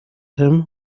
him